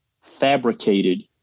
fabricated